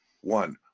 One